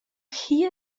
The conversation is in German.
hier